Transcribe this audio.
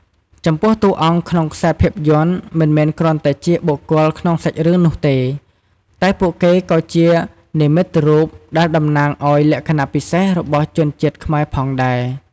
ចំពោះតួអង្គក្នុងខ្សែភាពយន្តមិនមែនគ្រាន់តែជាបុគ្គលក្នុងសាច់រឿងនោះទេ តែពួកគេក៏ជានិមិត្តរូបដែលតំណាងឱ្យលក្ខណៈពិសេសរបស់ជនជាតិខ្មែរផងដែរ ។